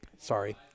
Sorry